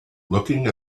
looking